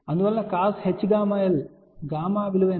అందువలన cosh γl gamma విలువ ఎంత